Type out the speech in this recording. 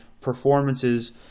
performances